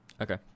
Okay